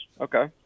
Okay